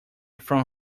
from